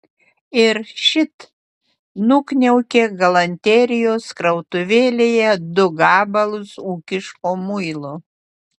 ir šit nukniaukė galanterijos krautuvėlėje du gabalus ūkiško muilo